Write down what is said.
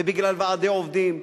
ובגלל ועדי עובדים,